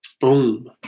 Boom